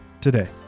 today